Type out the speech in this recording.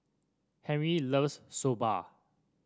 Henri loves Soba